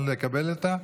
ואתה מוכן לקבל אותה?